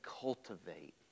cultivate